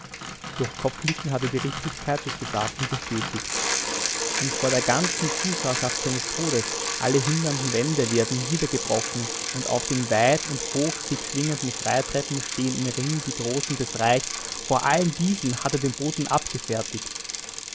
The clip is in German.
durch kopfnicken hat er die richtigkeit des gesagten bestätigt und vor der ganzen zuschauerschaft seines todes alle hindernden wände werden niedergebrochen und auf den weit und hoch sich schwingenden freitreppen stehen im ring die großen des reichs vor allen diesen hat er den boten abgefertigt